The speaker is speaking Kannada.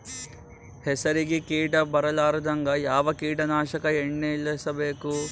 ಹೆಸರಿಗಿ ಕೀಟ ಬರಲಾರದಂಗ ಯಾವ ಕೀಟನಾಶಕ ಎಣ್ಣಿಬಳಸಬೇಕು?